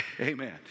Amen